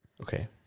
Okay